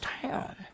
town